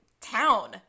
town